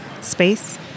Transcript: space